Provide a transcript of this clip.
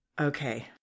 Okay